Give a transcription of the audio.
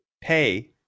pay